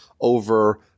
over